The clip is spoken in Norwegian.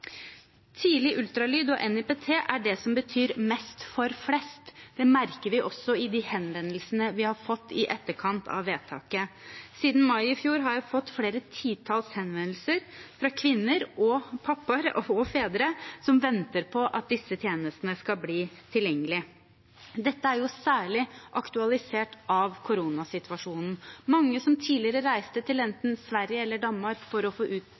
Tidlig ultralyd og NIPT er det som betyr mest for flest. Det merker vi også i de henvendelsene vi har fått i etterkant av vedtaket. Siden mai i fjor har jeg fått flere titalls henvendelser fra kvinner og fedre som venter på at disse tjenestene skal bli tilgjengelig. Dette er særlig aktualisert av koronasituasjonen. Mange som tidligere reiste til enten Sverige eller Danmark for å få